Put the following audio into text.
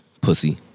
pussy